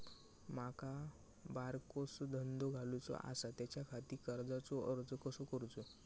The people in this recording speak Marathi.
माका बारकोसो धंदो घालुचो आसा त्याच्याखाती कर्जाचो अर्ज कसो करूचो?